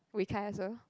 Wei Kai also